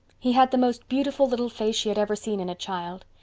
he had the most beautiful little face she had ever seen in a child.